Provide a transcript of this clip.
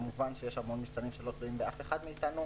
כמובן יש המון משתנים שלא תלויים באף אחד מאיתנו,